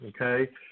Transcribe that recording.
Okay